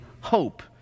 hope